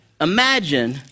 imagine